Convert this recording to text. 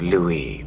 Louis